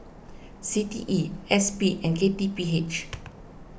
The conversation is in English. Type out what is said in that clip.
C T E S P and K T P H